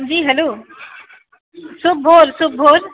जी hello शुभ भोर शुभ भोर